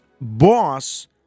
boss